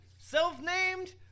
self-named